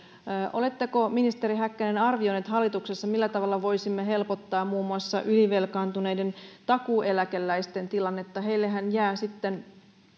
oletteko ministeri häkkänen arvioineet hallituksessa millä tavalla voisimme helpottaa muun muassa ylivelkaantuneiden takuueläkeläisten tilannetta heillehän jää sitten